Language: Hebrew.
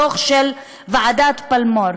הדוח של ועדת פלמור.